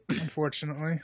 Unfortunately